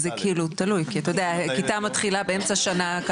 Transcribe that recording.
זה תלוי, כי אתה יודע כיתה מתחילה באמצע שנה.